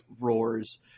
roars